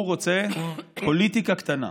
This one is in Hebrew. הוא רוצה פוליטיקה קטנה.